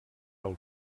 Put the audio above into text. del